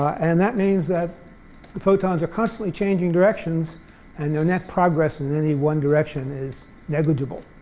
and that means that the photons are constantly changing directions and the net progress in any one direction is negligible.